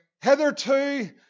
Hitherto